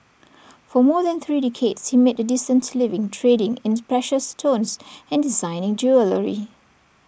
for more than three decades he made A decent living trading in precious stones and designing jewellery